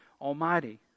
Almighty